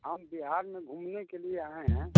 हम बिहार में घूमने के लिए आए हैं